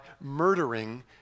murdering